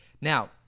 Now